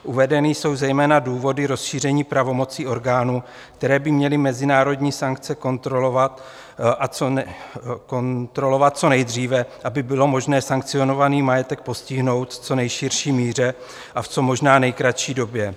Uvedeny jsou zejména důvody rozšíření pravomocí orgánů, které by měly mezinárodní sankce kontrolovat co nejdříve, aby bylo možné sankcionovaný majetek postihnout v co nejširší míře a v co možná nejkratší době.